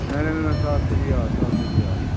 نَہ نَہ نَہ ساس تھٲیزِ یاد ساس تھٲیزِ یاد